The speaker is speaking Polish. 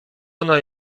ona